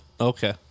Okay